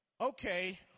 Okay